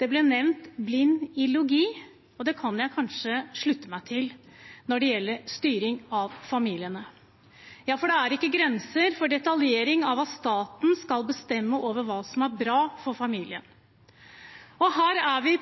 Det ble nevnt blind ideologi, og det kan jeg kanskje slutte meg til når det gjelder styring av familiene. Ja, for det er ikke grenser for detaljering av hva staten skal bestemme om hva som er bra for familien. Her er vi